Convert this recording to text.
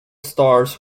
stars